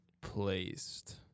placed